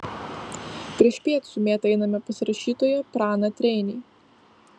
priešpiet su mėta einame pas rašytoją praną treinį